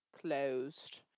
closed